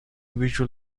visual